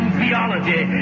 theology